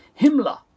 Himmler